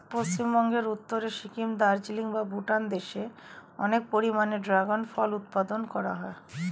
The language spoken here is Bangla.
পশ্চিমবঙ্গের উত্তরে সিকিম, দার্জিলিং বা ভুটান দেশে অনেক পরিমাণে ড্রাগন ফল উৎপাদন করা হয়